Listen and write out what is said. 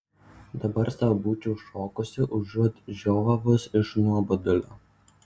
dabar sau būčiau šokusi užuot žiovavus iš nuobodulio